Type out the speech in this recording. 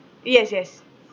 yes yes